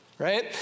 Right